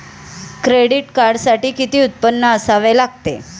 Credit कार्डसाठी किती उत्पन्न असावे लागते?